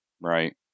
Right